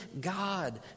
God